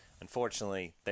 Unfortunately